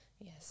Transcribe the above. Yes